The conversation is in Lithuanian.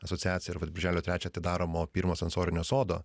asociacija ir vat birželio trečią atidaromo pirmo sensorinio sodo